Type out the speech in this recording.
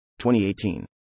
2018